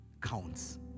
counts